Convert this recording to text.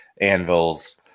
anvils